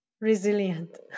Resilient